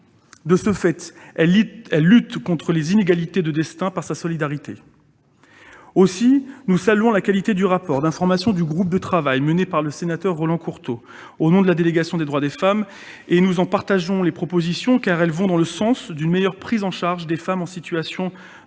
De ce fait, elle lutte contre les inégalités de destin par sa solidarité. Aussi, nous saluons la qualité du rapport d'information du groupe de travail mené par notre collègue Roland Courteau au nom de la délégation aux droits des femmes, dont nous approuvons les propositions, car elles vont dans le sens d'une meilleure prise en charge des femmes en situation de